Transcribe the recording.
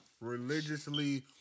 religiously